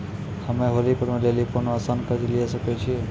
हम्मय होली पर्व लेली कोनो आसान कर्ज लिये सकय छियै?